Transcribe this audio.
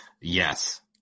yes